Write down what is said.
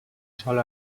sol